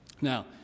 Now